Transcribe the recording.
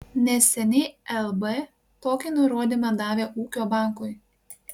neseniai lb tokį nurodymą davė ūkio bankui